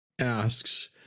asks